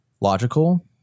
logical